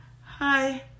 Hi